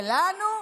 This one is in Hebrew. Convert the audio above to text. שלנו.